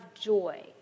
joy